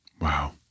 Wow